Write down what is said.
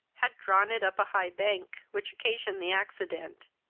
had drawn it up a high bank, which occasioned the accident.